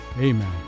Amen